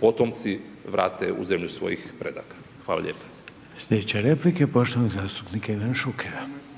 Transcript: potomci vrate u zemlju svojih predaka. **Reiner, Željko (HDZ)** Sljedeća replika je poštovanog zastupnika Ivana Šukera.